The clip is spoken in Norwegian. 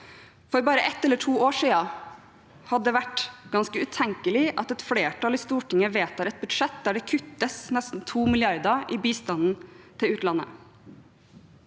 For bare ett eller to år siden hadde det vært ganske utenkelig at et flertall i Stortinget vedtar et budsjett der det kuttes nesten 2 mrd. kr i bistanden til ut